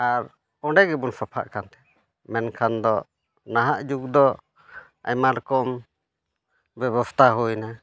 ᱟᱨ ᱚᱸᱰᱮ ᱜᱮᱵᱚᱱ ᱥᱟᱯᱷᱟᱜ ᱠᱟᱱ ᱛᱟᱦᱮᱸᱫ ᱢᱮᱱᱠᱷᱟᱱ ᱫᱚ ᱱᱟᱦᱟᱜ ᱡᱩᱜᱽ ᱫᱚ ᱟᱭᱢᱟ ᱨᱚᱠᱚᱢ ᱵᱮᱵᱚᱥᱛᱷᱟ ᱦᱩᱭᱮᱱᱟ